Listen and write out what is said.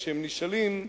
כשהם נשאלים,